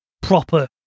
proper